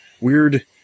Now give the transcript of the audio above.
weird